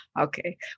Okay